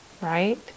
right